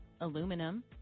aluminum